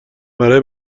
برای